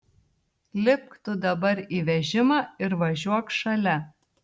lipk tu dabar į vežimą ir važiuok šalia